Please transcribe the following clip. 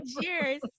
Cheers